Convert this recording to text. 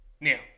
Now